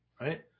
Right